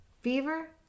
Fever